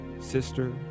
sister